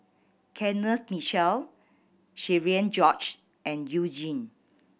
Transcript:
Kenneth Mitchell Cherian George and You Jin